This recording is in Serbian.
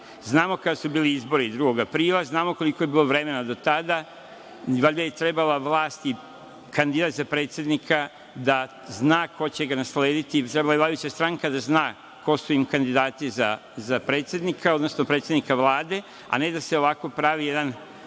kada su bili izbori 2. aprila, znamo koliko je bilo vremena do tada, valjda je trebala vlast i kandidat za predsednika da zna ko će ga naslediti, trebala je vladajuća stranka da zna ko su im kandidati za predsednika, odnosno predsednika Vlade, a ne da se ovako pravi jedan